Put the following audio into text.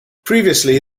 previously